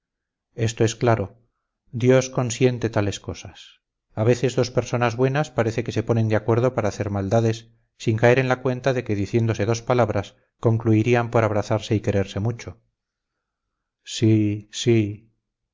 esto es claro dios consiente tales cosas a veces dos personas buenas parece que se ponen de acuerdo para hacer maldades sin caer en la cuenta de que diciéndose dos palabras concluirían por abrazarse y quererse mucho sí sí